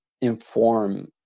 inform